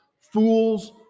fools